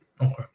okay